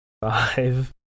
five